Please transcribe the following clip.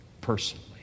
personally